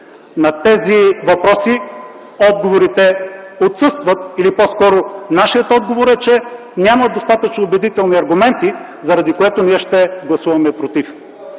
на тези въпроси отсъстват или по-точно нашият отговор е, че няма достатъчно убедителни аргументи, заради което ние ще гласуваме „против”.